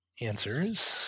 answers